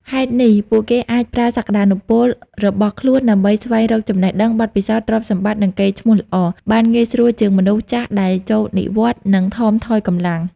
ហេតុនេះ ពួកគេអាចប្រើសក្ដានុពលរបស់ខ្លួនដើម្បីស្វែងរកចំណេះដឹង បទពិសោធន៍ ទ្រព្យសម្បត្តិ និងកេរ្ដិ៍ឈ្មោះល្អ បានងាយស្រួលជាងមនុស្សចាស់ដែលចូលនិវត្តន៍និងថមថយកម្លាំង។